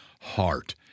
heart